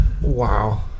Wow